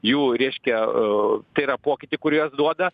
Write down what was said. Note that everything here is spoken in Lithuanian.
jų reiškia tai yra pokytį kurį juos duoda